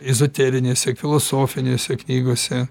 ezoterinėse filosofinėse knygose